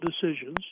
decisions